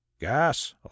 gas